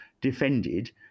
defended